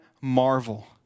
marvel